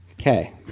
Okay